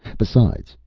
besides,